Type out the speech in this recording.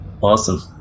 Awesome